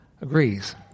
agrees